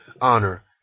honor